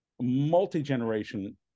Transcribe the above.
multi-generation